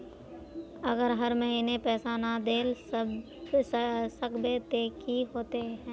अगर हर महीने पैसा ना देल सकबे ते की होते है?